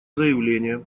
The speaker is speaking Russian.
заявление